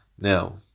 Now